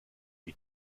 wie